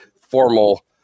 formal